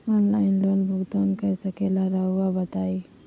Online loan भुगतान कर सकेला राउआ बताई?